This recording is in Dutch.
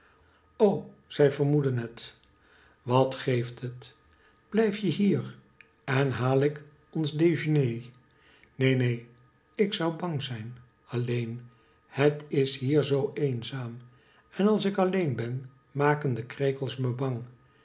o zij vermoeden het wat geeft het blijf je hier en haal ik ons dejeuner neen neen ik zou bang zijn alleen het is hier zoo eenzaam en als ik alleen ben maken de krekels me bang